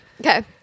Okay